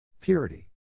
Purity